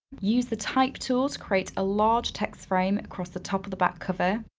use the type tool to create a large text frame across the top of the back cover.